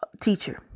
teacher